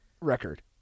record